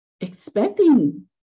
expecting